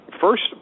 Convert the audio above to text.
first